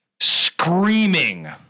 screaming